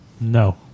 no